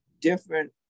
different